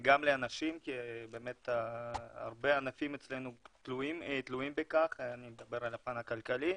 לאנשים כי הרבה אנשים אצלנו תלויים בכך אני מדבר על הפן הכלכלי,